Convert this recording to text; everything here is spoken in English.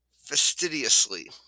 fastidiously